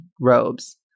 robes